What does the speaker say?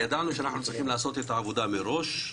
אנחנו צריכים לעשות את העבודה מראש.